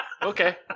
Okay